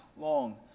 long